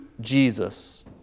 Jesus